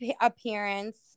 appearance